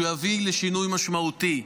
שהוא יביא לשינוי משמעותי.